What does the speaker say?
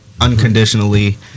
unconditionally